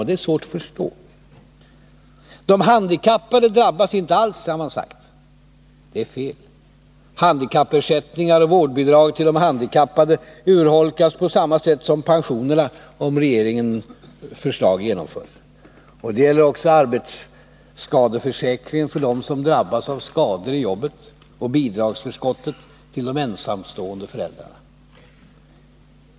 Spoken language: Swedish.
Det är svårt att förstå. De handikappade drabbas inte alls, har man sagt. Det är fel. Handikappersättningar och vårdbidrag till de handikappade urholkas på samma sätt som pensionerna om regeringens förslag genomförs. Och det gäller också arbetsskadeförsäkringen för dem som drabbats av skador i jobbet och bidragsförskottet till de ensamstående föräldrarna.